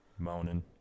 Moaning